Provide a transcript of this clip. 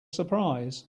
surprise